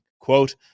Quote